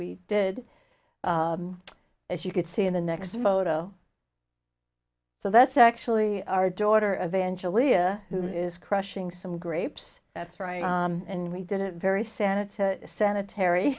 we did as you could see in the next photo so that's actually our daughter eventually and who is crushing some grapes that's right and we did it very santa to sanitary